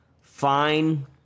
fine